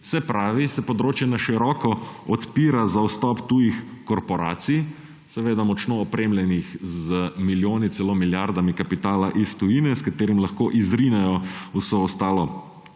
se pravi, se področje na široko odpira za vstop tujih korporacij, seveda močno opremljenih z milijoni, celo milijardami kapitala iz tujine, s katerim lahko izrinejo vso ostalo